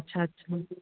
اچھا اچھا